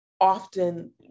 often